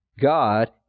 God